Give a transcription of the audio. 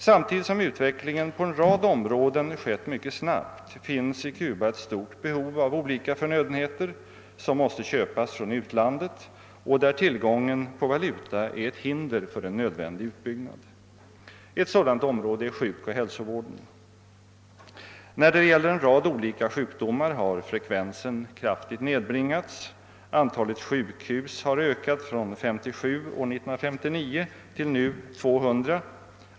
Samtidigt som utvecklingen på en rad områden skett mycket snabbt finns i Cuba ett stort behov av olika förnödenheter som måste köpas från utlandet och där tillgången på valuta är ett hinder för en nödvändig utbyggnad. Ett sådant område är sjukoch hälsovården. När det gäller en rad olika sjukdomar har frekvensen kraftigt nedhringats. Antalet sjukhus har ökat från 57 år 1959 till nu 200.